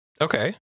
okay